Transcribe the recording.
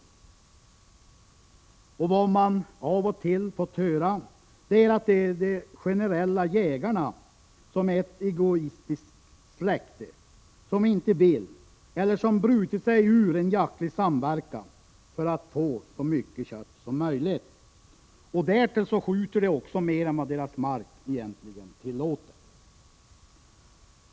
Av och till har man fått höra att det är ”generelljägarna” som är ett egoistiskt släkte, som inte vill vara med i eller som brutit sig ur en jaktlig samverkan för att få så mycket kött som möjligt. Därtill skjuter de också mer än vad deras mark egentligen tillåter.